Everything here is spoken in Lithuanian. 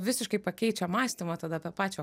visiškai pakeičia mąstymą tada apie pačią